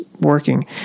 working